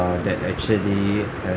that actually have